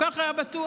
כך היה בטוח.